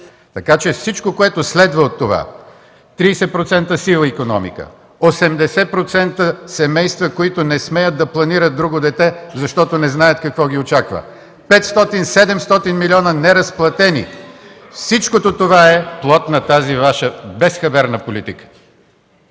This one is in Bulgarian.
Така че всичко, което следва от това – 30% сива икономика, 80% семейства, които не смеят да планират друго дете, защото не знаят какво ги очаква, 500 700 милиона – неразплатени, всичко това е плод на тази Ваша безхаберна политика.